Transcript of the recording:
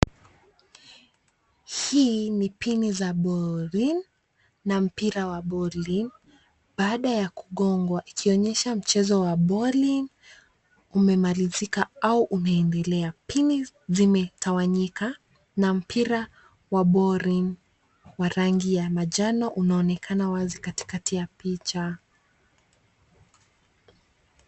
Hii ni pini za boring